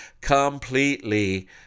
completely